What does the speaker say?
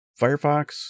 Firefox